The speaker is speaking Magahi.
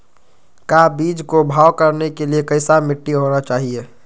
का बीज को भाव करने के लिए कैसा मिट्टी होना चाहिए?